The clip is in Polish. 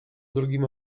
drugim